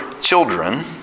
children